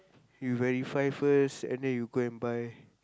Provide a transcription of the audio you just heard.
you verify first and then you go and buy